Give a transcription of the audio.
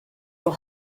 will